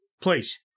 Please